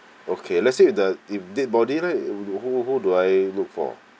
okay let's say the if dead body leh who who do I look for